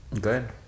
Good